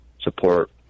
support